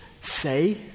say